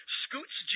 scoots